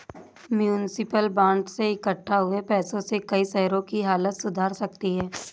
municipal bond से इक्कठा हुए पैसों से कई शहरों की हालत सुधर सकती है